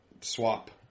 swap